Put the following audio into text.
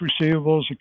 receivables